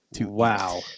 Wow